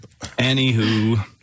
Anywho